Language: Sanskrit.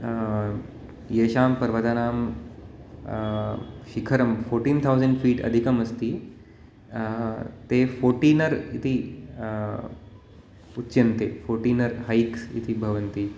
येषां पर्वातानां शिखरं फ़ोर्टीन् थौसण्ड् फ़ीट् अधिकं अस्ति ते फ़ोटिनर् इति उच्यन्ते फ़ोटिनर् हैक्स् इति भवन्ति